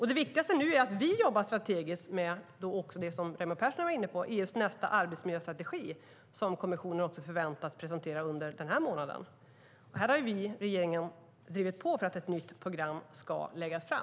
Det viktigaste nu är att vi jobbar strategiskt med det som även Raimo Pärssinen var inne på, EU:s nästa arbetsmiljöstrategi, som kommissionen förväntas presentera under den här månaden. Vi i regeringen har drivit på för att ett nytt program ska läggas fram.